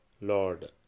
lord